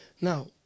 Now